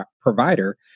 provider